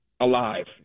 alive